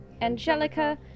Angelica